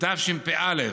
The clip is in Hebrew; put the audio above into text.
בתשפ"א